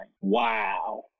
Wow